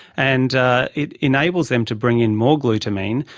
and it enables them to bring in more glutamine,